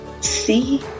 see